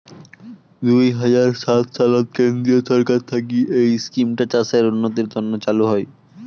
দুই হাজার সাত সালত কেন্দ্রীয় ছরকার থাকি এই ইস্কিমটা চাষের উন্নতির তন্ন চালু হই